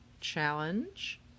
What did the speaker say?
challenge